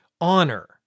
honor